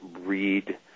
read